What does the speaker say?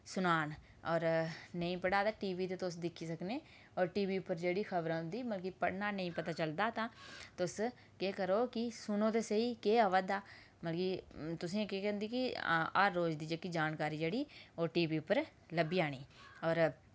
सनान और नेईं पढ़ा ते टीवी ते तुस दिक्खी सकने और टीवी पर जेह्ड़ी खबर औंदी पढ़ने दा नेईं पता चलदा तां तुस केह् करो कि सुनो ते सेही केह् आवै दा मतलब कि तुसें केह् करी कि हर रोज दी जानकारी जेह्ड़ी टीवी पर लब्भी जानी और